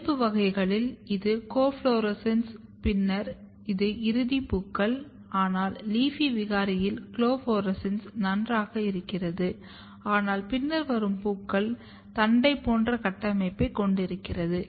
இயல்பு வகைகளில் இது கோஃப்ளோரெசென்ஸ் பின்னர் இது இறுதி பூக்கள் ஆனால் LEAFY விகாரியில் கோஃப்ளோரெசென்ஸ் நன்றாக இருக்கிறது ஆனால் பின்னர் வரும் பூக்கள் தண்டைப் போன்ற கட்டமைப்பைக் கொண்டிருக்கிறது